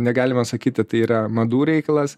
negalima sakyti tai yra madų reikalas